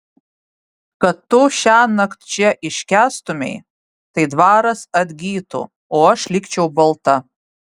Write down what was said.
kad tu šiąnakt čia iškęstumei tai dvaras atgytų o aš likčiau balta